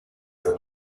than